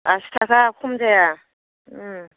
आसि थाखा खम जाया